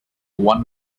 one